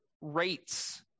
rates